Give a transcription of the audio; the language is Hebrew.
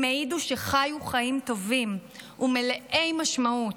הם העידו שחיו חיים טובים ומלאי משמעות.